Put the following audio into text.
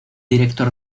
director